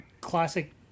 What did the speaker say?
classic